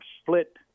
split